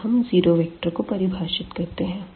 अब हम zero vector को परिभाषित करते है